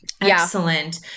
Excellent